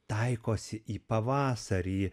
taikosi į pavasarį